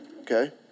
Okay